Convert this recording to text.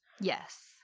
Yes